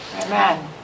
Amen